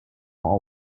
all